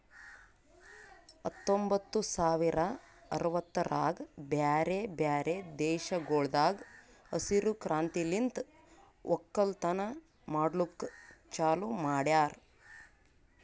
ಹತ್ತೊಂಬತ್ತು ಸಾವಿರ ಅರವತ್ತರಾಗ್ ಬ್ಯಾರೆ ಬ್ಯಾರೆ ದೇಶಗೊಳ್ದಾಗ್ ಹಸಿರು ಕ್ರಾಂತಿಲಿಂತ್ ಒಕ್ಕಲತನ ಮಾಡ್ಲುಕ್ ಚಾಲೂ ಮಾಡ್ಯಾರ್